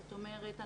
זאת אומרת,